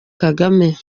kagame